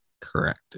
Correct